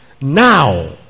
Now